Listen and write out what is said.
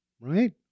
right